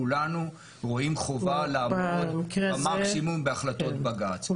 כולנו רואים חובה לעמוד במקסימום בהחלטות בג"צ.